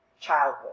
childhood